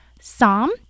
Psalm